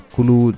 Kulu